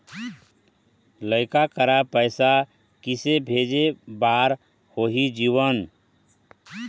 लइका करा पैसा किसे भेजे बार होही जीवन